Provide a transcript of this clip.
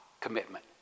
commitment